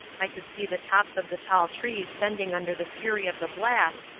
i could see the tops of the tall trees bending under the fury of the blast,